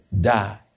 die